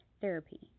Therapy